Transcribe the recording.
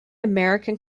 american